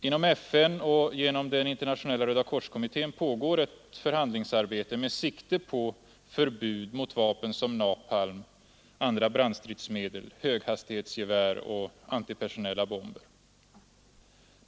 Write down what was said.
Inom FN och genom Internationella rödakorskommittén pågår ett förhandlingsarbete med sikte på förbud mot vapen som napalm, andra brandstridsmedel, höghastighetsgevär och antipersonella bomber.